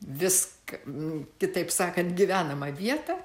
viską kitaip sakant gyvenamą vietą